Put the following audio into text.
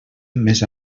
més